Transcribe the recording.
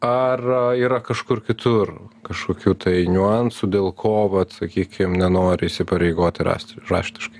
ar yra kažkur kitur kažkokių tai niuansų dėl ko vat sakykim nenori įsipareigoti rasti raštiškai